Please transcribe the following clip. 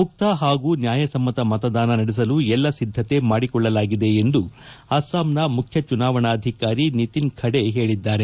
ಮುಕ್ತ ಹಾಗೂ ನ್ಕಾಯಸಮ್ಮತ ಮತದಾನ ನಡೆಸಲು ಎಲ್ಲ ಸಿದ್ದಕೆ ಮಾಡಿಕೊಳ್ಳಲಾಗಿದೆ ಎಂದು ಅಸ್ಸಾಂನ ಮುಖ್ಯ ಚುನಾವಣಾಧಿಕಾರಿ ನಿತಿನ್ ಖಡೆ ಹೇಳಿದ್ದಾರೆ